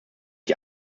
die